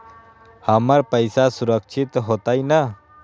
हमर पईसा सुरक्षित होतई न?